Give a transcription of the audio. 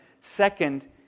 Second